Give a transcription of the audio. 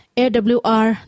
awr